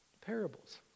parables